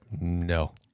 No